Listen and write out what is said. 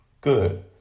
Good